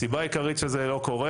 הסיבה העיקרית שזה לא קורה